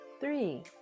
Three